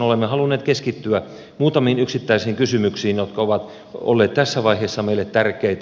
olemme halunneet keskittyä muutamiin yksittäisiin kysymyksiin jotka ovat olleet tässä vaiheessa meille tärkeitä